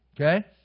Okay